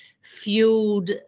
fueled